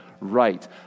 right